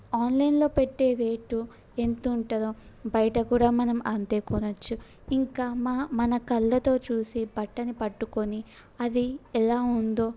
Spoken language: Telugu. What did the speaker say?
ఆన్లైన్లో పెట్టే రేటు ఎంత ఉంటుందో బయట కూడా మనం అంతే కొనవచ్చు ఇంకా మా మన కళ్ళతో చూసి బట్టని పట్టుకొని అది ఎలా ఉందో